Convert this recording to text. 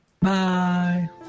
Bye